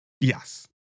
yes